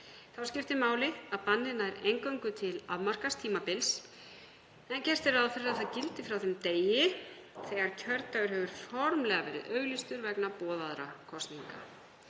Þá skiptir máli að bannið nær eingöngu til afmarkaðs tímabils en gert er ráð fyrir að það gildi frá þeim degi er kjördagur hefur formlega verið auglýstur vegna boðaðra kosninga.